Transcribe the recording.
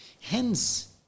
Hence